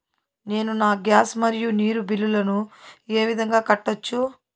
నేను నా గ్యాస్, మరియు నీరు బిల్లులను ఏ విధంగా కట్టొచ్చు?